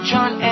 John